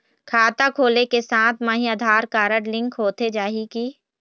खाता खोले के साथ म ही आधार कारड लिंक होथे जाही की?